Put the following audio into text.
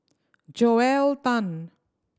Joel Tan